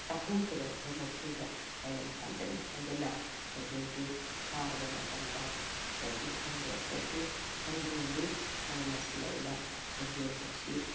ꯇꯥꯍꯧꯗꯕ ꯄꯨꯝꯅꯃꯛꯁꯤꯡꯗꯣ ꯑꯩꯅꯃꯨꯛ ꯍꯟꯖꯤꯟ ꯍꯟꯖꯤꯟꯅ ꯑꯣꯗꯤꯌꯣꯗꯨ ꯊꯥꯔꯕ ꯃꯇꯝꯗ ꯉꯁꯥꯏꯒꯤ ꯈꯪꯗꯕ ꯄꯣꯠꯇꯨ ꯈꯪꯕ ꯉꯝꯃꯤ ꯃꯔꯝ ꯑꯁꯤꯅ ꯑꯩꯅ ꯑꯣꯗꯤꯌꯣ ꯕꯨꯛꯁꯤ